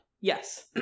Yes